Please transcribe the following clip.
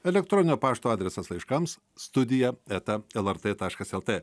elektroninio pašto adresas laiškams studija eta lrt taškas lt